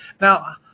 Now